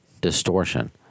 Distortion